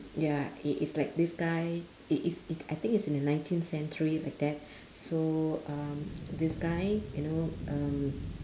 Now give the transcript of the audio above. ya it it's like this guy it is i~ I think it's in the nineteen century like that so um this guy you know um